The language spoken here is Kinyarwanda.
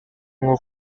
nko